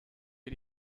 wir